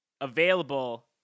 available